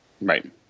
Right